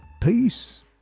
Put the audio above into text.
peace